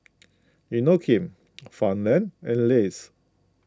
Inokim Farmland and Lays